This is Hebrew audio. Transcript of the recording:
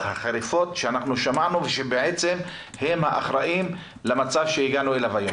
החריפות שאנחנו שמענו ושבעצם הם האחראים למצב שהגענו אליו היום.